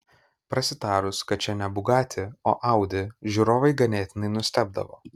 prasitarus kad čia ne bugatti o audi žiūrovai ganėtinai nustebdavo